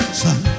sun